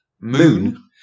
Moon